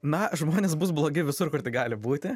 na žmonės bus blogi visur kur tik gali būti